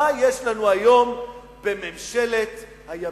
מה יש לנו היום בממשלת הימין?